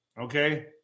Okay